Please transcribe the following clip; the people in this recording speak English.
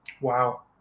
Wow